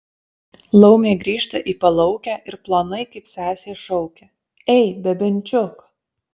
laumė grįžta į palaukę ir plonai kaip sesė šaukia ei bebenčiuk